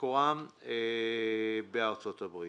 שמקורם בארה"ב).